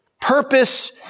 purpose